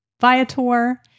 Viator